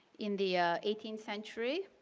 in the eighteenth century